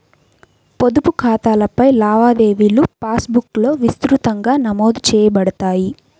పొదుపు ఖాతాలపై లావాదేవీలుపాస్ బుక్లో విస్తృతంగా నమోదు చేయబడతాయి